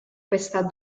questa